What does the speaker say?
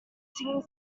singing